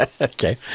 okay